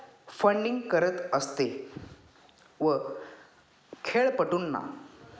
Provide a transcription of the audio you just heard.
funding करत असते व खेळपटूंना